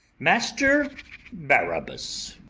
master barabas